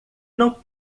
não